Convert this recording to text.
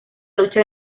lucha